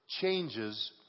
changes